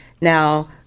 Now